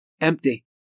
empty